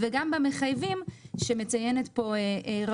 וגם במחייבים שמציינת פה רוית.